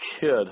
kid